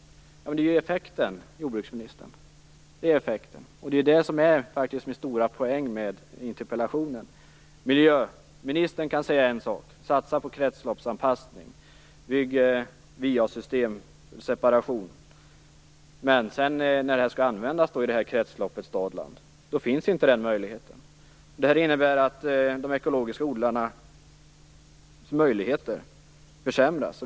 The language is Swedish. Detta blir effekten av detta, jordbruksministern. Det är ju den stora poängen med interpellationen. Miljöministern kan säga en sak: Satsa på kretsloppsanpassning! Bygg VA-system för separation! Men när det skall användas i kretsloppet stad-land finns inte den möjligheten. Det innebär att möjligheterna för dem som odlar ekologiskt försämras.